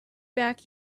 back